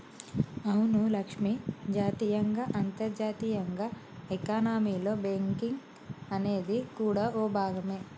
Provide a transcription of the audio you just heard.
అవును లక్ష్మి జాతీయంగా అంతర్జాతీయంగా ఎకానమీలో బేంకింగ్ అనేది కూడా ఓ భాగమే